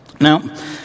Now